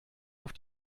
auf